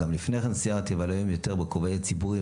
גם לפני כן סיירתי אבל היום יותר בכובעי הציבורי,